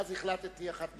ואז החלטתי, אחת משתיים: